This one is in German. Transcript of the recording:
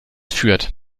führt